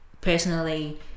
personally –